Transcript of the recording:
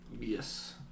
Yes